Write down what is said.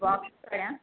walk कयां